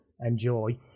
enjoy